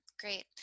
great